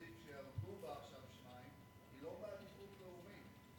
שירדו שם עכשיו לא בעדיפות לאומית.